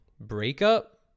breakup